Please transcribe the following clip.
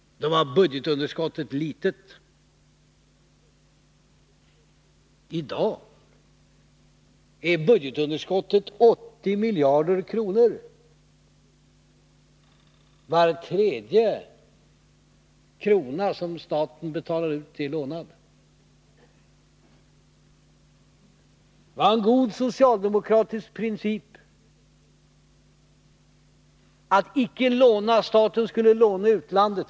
Då var budgetunderskottet litet. I dag är budgetunderskottet 80 miljarder kronor. Var tredje krona som staten betalar ut är lånad. Det var en god socialdemokratisk princip att staten icke skulle låna i utlandet.